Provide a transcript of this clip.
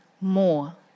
more